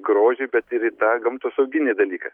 grožį bet ir į tą gamtosauginį dalyką